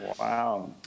Wow